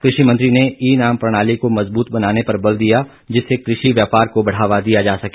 कृषि मंत्री ने ई नाम प्रणाली को मजबूत बनाने पर बल दिया जिससे कृषि व्यापार को बढ़ावा दिया जा सके